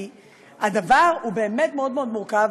כי הדבר באמת מאוד מאוד מורכב.